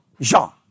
Jean